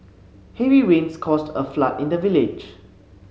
heavy rains caused a flood in the village